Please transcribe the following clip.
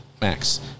Max